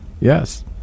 Yes